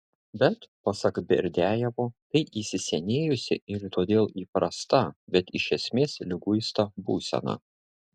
bet pasak berdiajevo tai įsisenėjusi ir todėl įprasta bet iš esmės liguista būsena